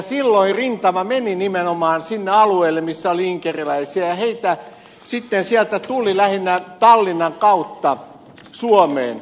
silloin rintama meni nimenomaan sille alueelle missä oli inkeriläisiä ja heitä sitten tuli sieltä lähinnä tallinnan kautta suomeen